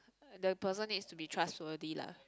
the person needs to be trustworthy lah